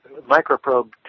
microprobe